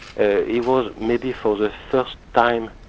ah he was, maybe for the first time.